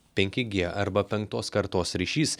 penki g arba penktos kartos ryšys